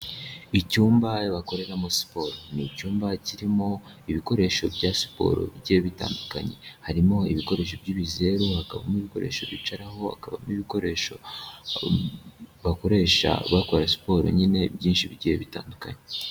Icyumba bakoreramo siporo, ni icyumba kirimo ibikoresho bya siporo bigiye bitandukanye, harimo ibikoresho by'ibizeru hakabamo ibikoresho bicaraho, hakabamo ibikoresho bakoresha bakora siporo nyine byinshi bigiye bitandukanye.